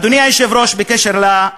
אדוני היושב-ראש, בעניין